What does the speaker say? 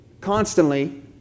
constantly